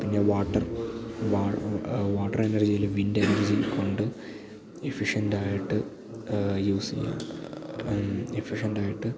പിന്നെ water water energy അല്ലെങ്കില് wind energy കൊണ്ട് എഫിഷ്യൻറ്റായിട്ട് യൂസ് ചെയ്യാം എഫിഷ്യൻറ്റായിട്ട്